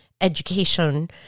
education